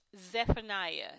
Zephaniah